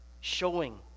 showing